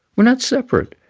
we're not separate.